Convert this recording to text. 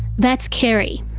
that's kerry,